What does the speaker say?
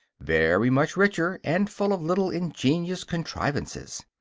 very much richer, and full of little ingenious contrivances.